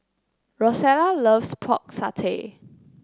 Rosella loves Pork Satay